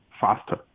faster